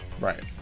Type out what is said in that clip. Right